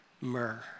myrrh